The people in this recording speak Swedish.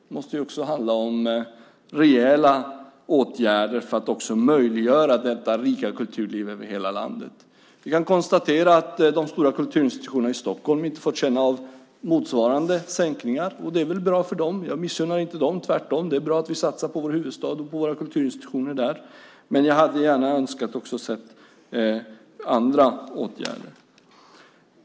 Det måste också handla om rejäla åtgärder för att möjliggöra detta rika kulturliv över hela landet. Vi kan konstatera att de stora kulturinstitutionerna i Stockholm inte fått känna av motsvarande sänkningar. Det är väl bra för dem. Jag missunnar inte dem detta, tvärtom. Det är bra att vi satsar på vår huvudstad och våra kulturinstitutioner där. Jag hade dock gärna sett även andra åtgärder.